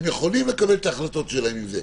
הם יכולים לקבל את ההחלטות שלהם עם זה,